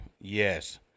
yes